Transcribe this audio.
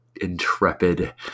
intrepid